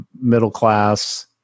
middle-class